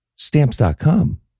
stamps.com